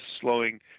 slowing